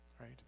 right